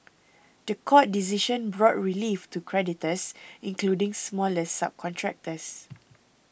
the court decision brought relief to creditors including smaller subcontractors